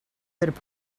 could